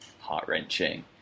heart-wrenching